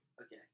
Okay